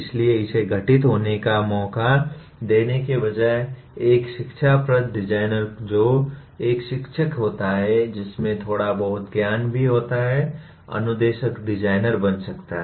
इसलिए इसे घटित होने का मौका देने के बजाय एक शिक्षाप्रद डिज़ाइनर जो एक शिक्षक होता है जिसमें थोड़ा बहुत ज्ञान भी होता है एक अनुदेशक डिज़ाइनर बन सकता है